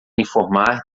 informar